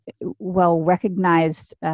well-recognized